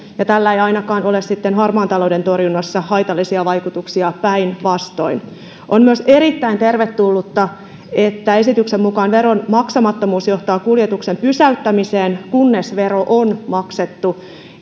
ja tällä ei ainakaan ole sitten harmaan talouden torjunnassa haitallisia vaikutuksia päinvastoin on myös erittäin tervetullutta että esityksen mukaan veron maksamattomuus johtaa kuljetuksen pysäyttämiseen kunnes vero on maksettu